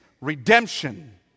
redemption